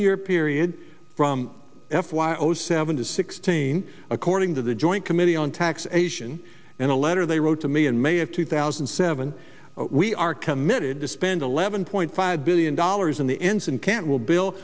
year period from f y o seven to sixteen according to the joint committee on taxation and a letter they wrote to me in may of two thousand and seven we are committed to spend eleven point five billion dollars in the ensign can't will bill